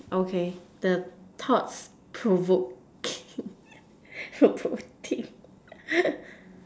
okay the thoughts provoking poor thing